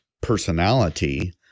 personality